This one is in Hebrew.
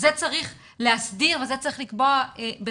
אז זה צריך להסדיר וזה צריך לקבוע בחקיקה.